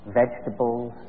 vegetables